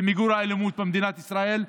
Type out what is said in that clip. למיגור האלימות במדינת ישראל,